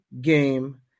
game